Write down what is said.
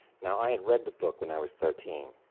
now, i had read the book when i was thirteen,